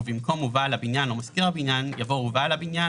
ובמקום "ובעל הבניין או משכיר הבניין" יבוא "ובעל הבניין,